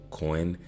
coin